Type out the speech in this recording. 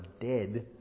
dead